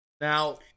Now